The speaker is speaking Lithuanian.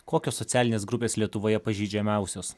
kokios socialinės grupės lietuvoje pažeidžiamiausios